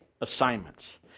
assignments